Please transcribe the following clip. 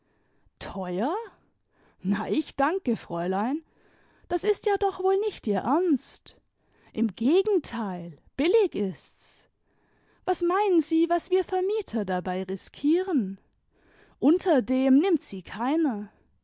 yyteuer na ich danke fräulein i das ist ja doch wohl nicht ihr ernst im gegenteil billig ist's was meinen sie was wir vermieter dabei riskieren unter dem ninmit sie keiner